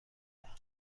دهم